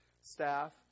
staff